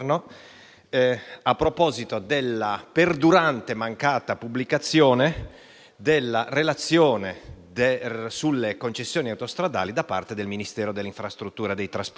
a proposito della perdurante mancata pubblicazione della relazione sulle concessioni autostradali da parte del Ministero delle infrastrutture e dei trasporti.